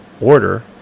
order